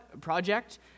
project